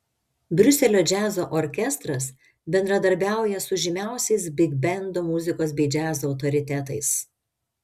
briuselio džiazo orkestras bendradarbiauja su žymiausiais bigbendo muzikos bei džiazo autoritetais